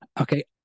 Okay